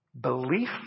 belief